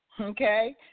okay